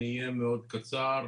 אהיה קצר מאוד.